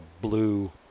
blue